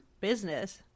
business